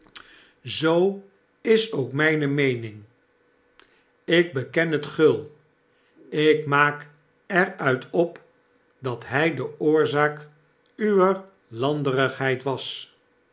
zoo is ook mijne meening ik beken het gul ik maak er nit op dat hy de oorzaak uwer landerigheid was